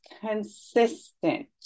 consistent